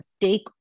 take